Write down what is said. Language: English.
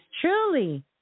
truly